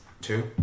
Two